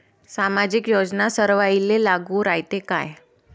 सामाजिक योजना सर्वाईले लागू रायते काय?